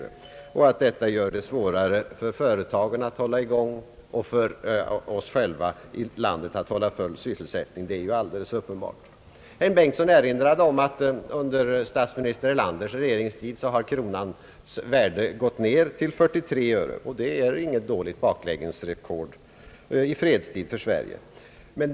Och det är alldeles uppenbart att detta gör det svårare för våra företag att hålla driften i gång och hålla full sysselsättning. Herr Bengtson erinrade om att under statsminister Erlanders regeringstid har kronans värde gått ned till 43 öre och det är inget dåligt baklängesrekord i fredstid för Sverige.